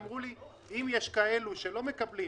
אמרו לי: אם יש כאלה שלא קיבלו